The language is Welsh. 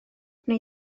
wnei